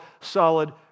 solid